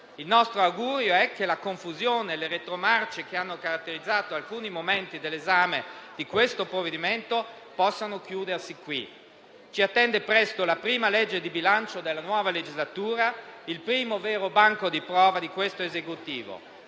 Il nostro augurio è che la confusione e le retromarce che hanno caratterizzato alcuni momenti dell'esame del provvedimento possano chiudersi qui. Ci attende presto la prima legge di bilancio della nuova legislatura, il primo vero banco di prova di questo Esecutivo.